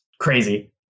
crazy